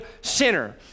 sinner